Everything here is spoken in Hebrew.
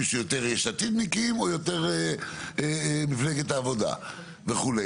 יותר "עתידניקים" או יותר מפלגת העבודה וכו'.